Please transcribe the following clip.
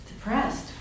depressed